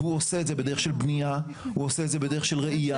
הוא עושה את זה בדרך של בנייה, בדרך של רעייה.